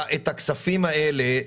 הכסף הזה,